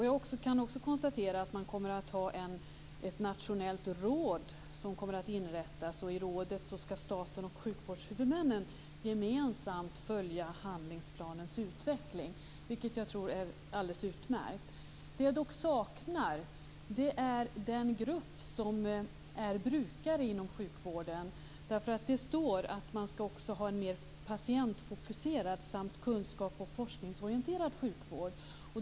Jag kan också konstatera att ett nationellt råd kommer att inrättas. I rådet skall staten och sjukvårshuvudmännen gemensamt följa handlingsplanens utveckling, vilket jag tror är alldeles utmärkt. Det jag dock saknar är den grupp som är brukare inom sjukvården. Det står att man också skall ha en mer patientfokuserad samt kunskaps och forskningsorienterad sjukvård.